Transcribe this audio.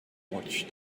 watch